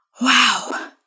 wow